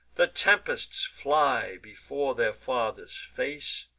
the tempests fly before their father's face,